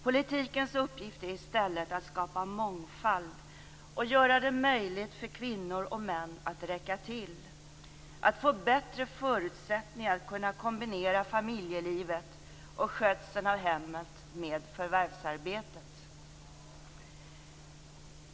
Politikens uppgift är i stället att skapa mångfald och göra det möjligt för kvinnor och män att räcka till, att få bättre förutsättningar att kunna kombinera familjelivet och skötseln av hemmet med förvärvsarbetet.